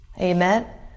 amen